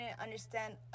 understand